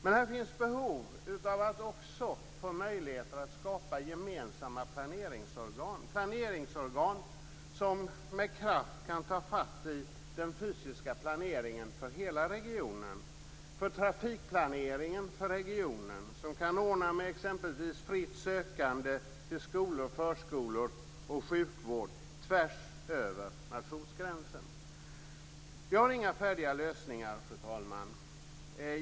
Men här finns det också behov av möjligheter att skapa planeringsorgan som med kraft kan ta fatt i den fysiska planeringen för hela regionen och för trafikplaneringen för regionen och som kan ordna med exempelvis fritt sökande till skolor, förskolor och sjukvård tvärs över nationsgränsen. Jag har inga färdiga lösningar, fru talman.